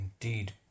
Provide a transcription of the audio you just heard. indeed